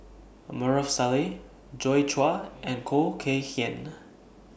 Maarof Salleh Joi Chua and Khoo Kay Hian